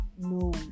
no